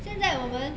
现在我们